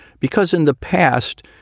because in the past,